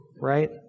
right